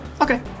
Okay